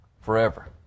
forever